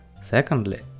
Secondly